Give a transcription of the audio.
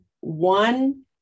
one